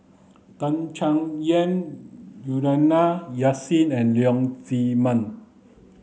Tan Chay Yan Juliana Yasin and Leong Chee Mun